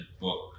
book